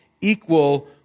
equal